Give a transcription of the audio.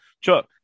Chuck